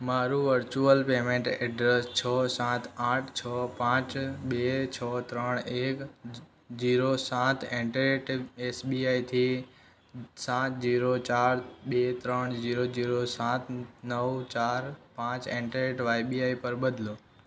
મારું virtual payment address છ સાત આઠ છ પાંચ બે છ ત્રણ એક જીરો સાત એટ ધ રેટ એસબીઆઈથી સાત જીરો ચાર બે ત્રણ જીરો જીરો સાત નવ ચાર પાંચ એટ ધ રેટ વાયબીઆઈ પર બદલો